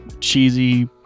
cheesy